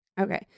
Okay